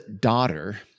daughter